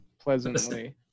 Pleasantly